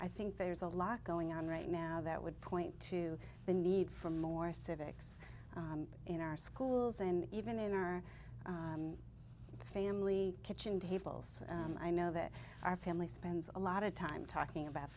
i think there's a lot going on right now that would point to the need for more civics in our schools and even in our family kitchen tables i know that our family spends a lot of time talking about